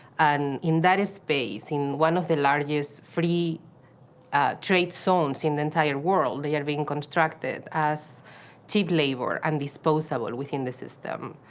and in that space, in one of the largest free trade zones in the entire world, they are being constructed as cheap labor and disposable within the system.